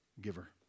giver